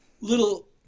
Little